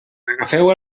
agafeu